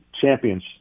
champions